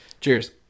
Cheers